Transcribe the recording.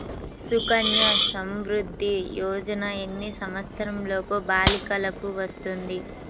సుకన్య సంవృధ్ది యోజన ఎన్ని సంవత్సరంలోపు బాలికలకు వస్తుంది?